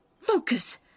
Focus